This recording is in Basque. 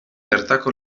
bertako